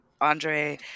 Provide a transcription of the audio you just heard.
Andre